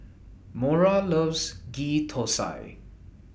Mora loves Ghee Thosai